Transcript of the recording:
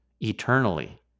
eternally